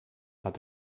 hat